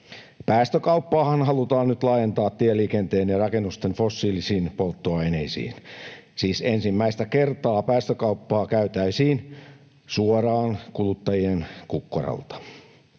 Päästökauppaahan halutaan nyt laajentaa tieliikenteen ja rakennusten fossiilisiin polttoaineisiin. Siis ensimmäistä kertaa päästökauppaa käytäisiin suoraan kuluttajien kukkarolta.